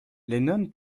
lennon